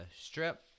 strip